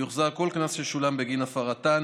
יוחזר כל קנס ששולם בגין הפרתן,